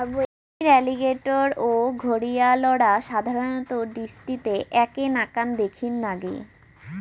কুমীর, অ্যালিগেটর ও ঘরিয়ালরা সাধারণত দৃষ্টিতে এ্যাকে নাকান দ্যাখির নাগে